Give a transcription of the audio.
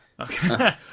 Okay